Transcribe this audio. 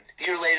later